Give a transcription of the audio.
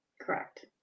Correct